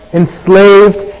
enslaved